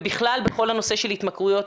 ובכלל בכל הנושא של התמכרויות,